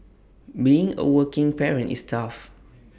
being A working parent is tough